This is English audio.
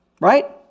Right